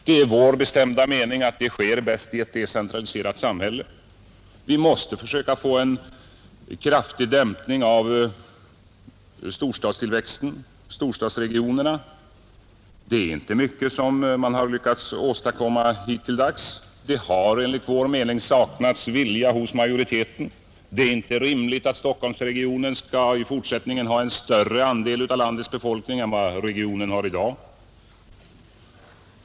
Det är vår bestämda mening att det sker bäst i ett decentraliserat samhälle. Vi måste försöka få en kraftig dämpning av tillväxten av storstadsregionerna, Det är inte mycket som man lyckas åstadkomma hittilldags, det har enligt vår mening saknats vilja hos regeringen, Det är inte rimligt att Stockholmsregionen i fortsättningen skall ha en större andel av landets befolkning än vad regionen har i dag.